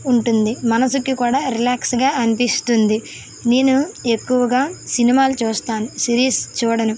ఉంటుంది మనసుకి కూడా రిలాక్స్గా అనిపిస్తుంది నేను ఎక్కువగా సినిమాలు చూస్తాను సిరీస్ చూడను